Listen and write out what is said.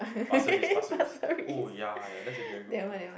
Pasir-Ris Pasir-Ris oh ya ya that's a very good place